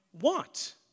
want